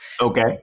Okay